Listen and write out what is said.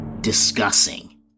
discussing